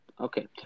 Okay